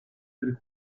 per